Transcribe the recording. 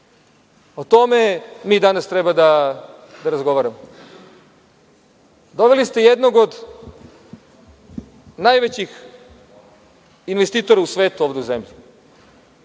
O tome mi danas treba da razgovaramo. Doveli ste jednog od najvećih investitora u svetu ovde u zemlji